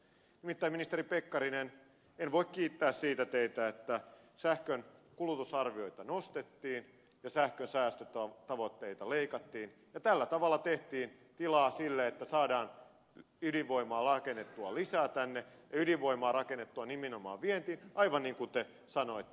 nimittäin ministeri pekkarinen en voi kiittää siitä teitä että sähkön kulutusarvioita nostettiin ja sähkön säästötavoitteita leikattiin ja tällä tavalla tehtiin tilaa sille että saadaan ydinvoimaa rakennettua lisää tänne ja ydinvoimaa rakennettua nimenomaan vientiin aivan niin kuin te sanoitte